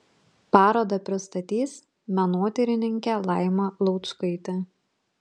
parodą pristatys menotyrininkė laima laučkaitė